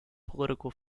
political